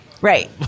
Right